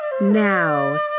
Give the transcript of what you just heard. Now